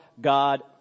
God